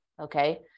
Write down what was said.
Okay